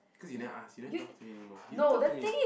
cause you never ask you never talk to me anymore you don't talk to me